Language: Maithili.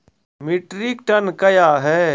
मीट्रिक टन कया हैं?